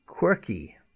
quirky